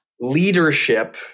leadership